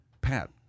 Pat